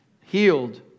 healed